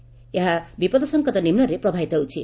ତେବେ ଏହା ବିପଦ ସଂକେତ ନିମୁରେ ପ୍ରବାହିତ ହେଉଛି